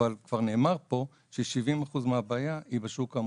אבל כבר נאמר פה ש-70% מהבעיה היא בשוק המוסדי.